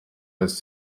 des